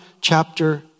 chapter